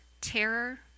terror